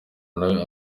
nawe